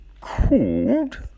called